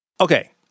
Okay